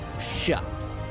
shucks